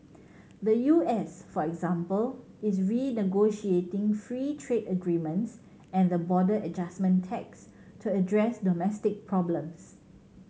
the U S for example is renegotiating free trade agreements and the border adjustment tax to address domestic problems